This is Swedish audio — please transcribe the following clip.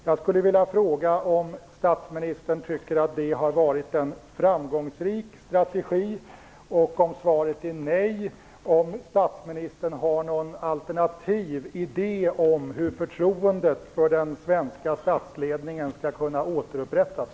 Jag skulle vilja fråga om statsministern tycker att det har varit en framgångsrik strategi och, om svaret är nej, om statsministern har någon alternativ idé för hur förtroendet för den svenska statsledningen skall kunna återupprättas.